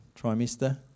trimester